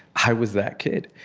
i was that kid.